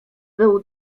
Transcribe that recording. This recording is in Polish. był